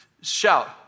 shout